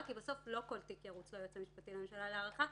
כי בסוף לא כל תיק ירוץ ליועץ המשפטי לממשלה להארכה,